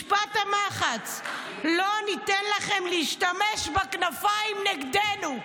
משפט המחץ: "לא ניתן לכם להשתמש בכנפיים נגדנו".